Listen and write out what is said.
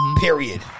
period